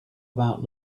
about